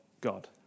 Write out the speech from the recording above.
God